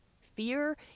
Fear